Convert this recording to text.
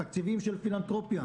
תקציבים של פילנתרופיה.